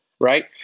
Right